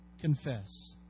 confess